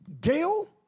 Gail